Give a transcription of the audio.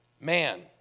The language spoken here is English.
man